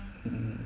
mm